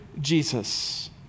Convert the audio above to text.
Jesus